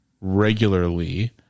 regularly